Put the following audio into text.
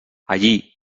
allí